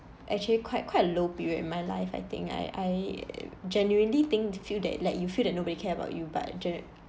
actually quite quite a low period in my life I think I I genuinely think feel that like you feel that nobody care about you but